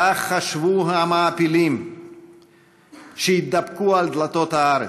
כך חשבו המעפילים שהתדפקו על דלתות הארץ,